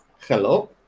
Hello